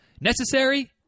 Necessary